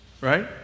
right